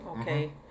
okay